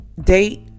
date